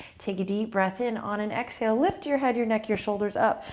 take a deep breath in. on an exhale, lift your head, your neck, your shoulders up.